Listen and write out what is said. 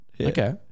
Okay